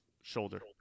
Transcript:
shoulder